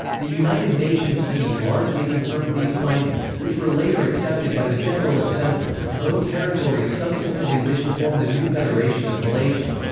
the united nations team largely confirmed these findings, which were later accepted by the general assembly, and both territories subsequently wish to form the new federation of malaysia.